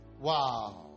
wow